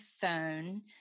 phone